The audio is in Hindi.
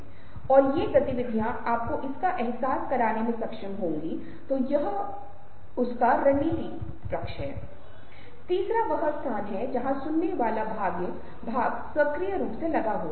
अगर मैं यह सवाल पूछूं कि क्या सच कहा जा रहा है या झूठ तो इस सवाल का जवाब देना बहुत मुश्किल है